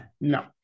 no